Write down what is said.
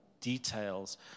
details